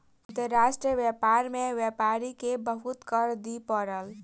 अंतर्राष्ट्रीय व्यापार में व्यापारी के बहुत कर दिअ पड़ल